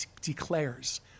declares